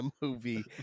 movie